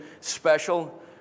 special